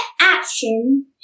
action